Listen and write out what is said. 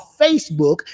Facebook